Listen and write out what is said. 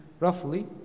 Roughly